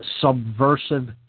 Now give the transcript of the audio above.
subversive